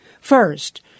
First